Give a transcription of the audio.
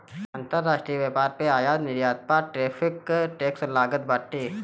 अंतरराष्ट्रीय व्यापार में आयात निर्यात पअ टैरिफ टैक्स लागत बाटे